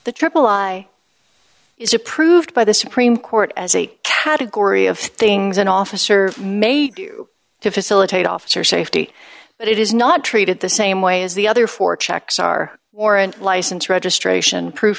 the triple lie is approved by the supreme court as a category of things an officer may do to facilitate officer safety but it is not treated the same way as the other four checks are or and license registration proof